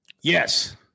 Yes